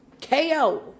KO